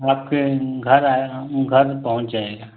आपके घर आएगा घर पहुँच जाएगा